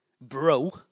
bro